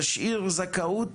נשאיר זכאות